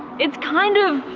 it's kind of,